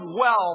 wealth